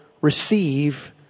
receive